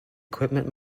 equipment